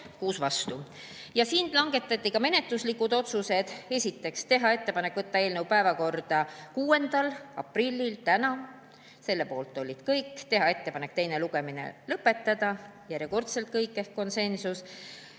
vastu. Langetati ka menetluslikud otsused. Esiteks, teha ettepanek võtta eelnõu päevakorda 6. aprillil ehk täna, selle poolt olid kõik; teha ettepanek teine lugemine lõpetada, järjekordselt kõik poolt